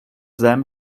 them